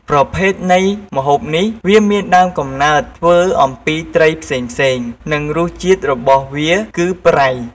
ប្រភេទនៃម្ហូបនេះវាមានដើមកំណើតធ្វើអំពីត្រីផ្សេងៗ និងរសជាតិរបស់វាគឺប្រៃ។